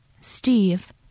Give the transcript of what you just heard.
Steve